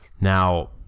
Now